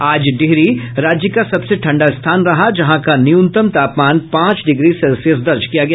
आज डिहरी राज्य का सबसे ठंडा स्थान रहा जहां का न्यूनतम तापमान पांच डिग्री सेल्सियस दर्ज किया गया